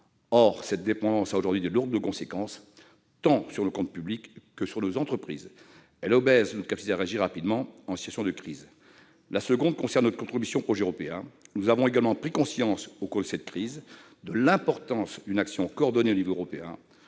Or cette dépendance a aujourd'hui de lourdes conséquences, tant sur nos comptes publics que sur nos entreprises. Elle obère notre capacité à réagir rapidement en situation de crise. Le second a trait à nos contributions au projet européen. Nous avons également pris conscience, au cours de cette crise, de l'importance d'une action coordonnée à l'échelon européen.